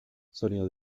sonido